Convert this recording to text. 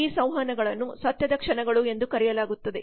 ಈ ಸಂವಹನಗಳನ್ನು ಸತ್ಯದ ಕ್ಷಣಗಳು ಎಂದು ಕರೆಯಲಾಗುತ್ತದೆ